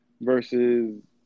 versus